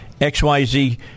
XYZ